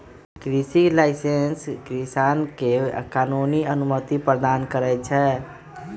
कृषि लाइसेंस किसान के कानूनी अनुमति प्रदान करै छै